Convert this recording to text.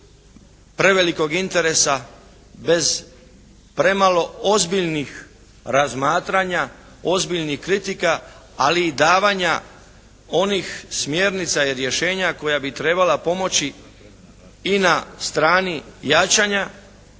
prevelikog interesa, bez premalo ozbiljnih razmatranja, ozbiljnih kritika ali i davanja onih smjernica i rješenja koja bi trebala pomoći i na strani jačanja